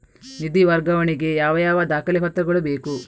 ನಿಧಿ ವರ್ಗಾವಣೆ ಗೆ ಯಾವ ಯಾವ ದಾಖಲೆ ಪತ್ರಗಳು ಬೇಕು?